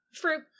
Fruit